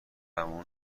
اون